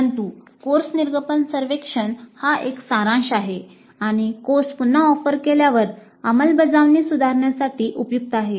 परंतु कोर्स निर्गमन सर्वेक्षण हा एक सारांश आहे आणि कोर्स पुन्हा ऑफर केल्यावर अंमलबजावणी सुधारण्यासाठी उपयुक्त आहे